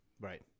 Right